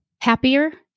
happier